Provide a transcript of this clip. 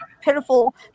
pitiful